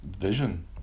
vision